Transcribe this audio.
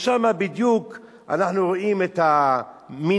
ושם בדיוק אנחנו רואים את המינוסים,